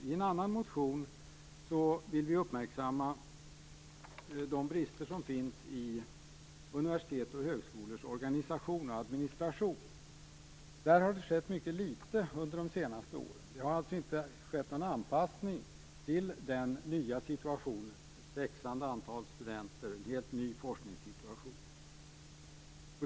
I en annan motion vill vi uppmärksamma de brister som finns i universitets och högskolors organisation och administration. Det har skett mycket litet under de senaste åren. Det har alltså inte skett någon anpassning till det växande antalet studenter och till en helt ny forskningssituation.